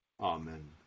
Amen